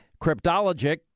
cryptologic